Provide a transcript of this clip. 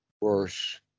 worse